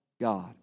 God